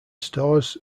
stores